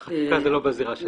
חקיקה זה לא בזירה שלנו.